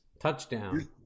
Touchdown